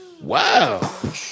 Wow